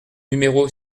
numéro